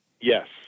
Yes